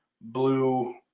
Blue